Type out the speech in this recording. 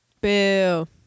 Boo